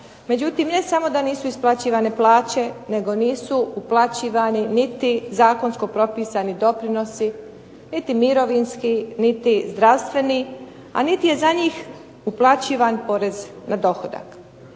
međutim ne samo da nisu isplaćivane plaće, nego nisu uplaćivani niti zakonsko propisani doprinosi, niti mirovinski, niti zdravstveni, a niti je za njih uplaćivan porez na dohodak.